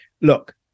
look